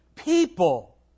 People